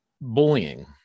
bullying